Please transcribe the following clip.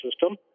system